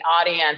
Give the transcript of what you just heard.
audience